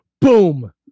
Boom